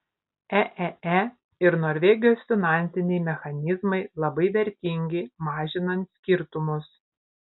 eee ir norvegijos finansiniai mechanizmai labai vertingi mažinant skirtumus